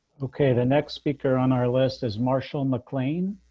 ok, the next speaker on our list is marshall mcclain